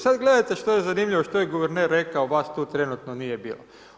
Sad gledajte što je zanimljivo, što je guverner rekao, vas tu trenutno nije bilo.